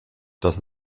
dass